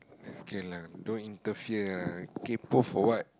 it's okay lah don't interfere ah kaypoh for what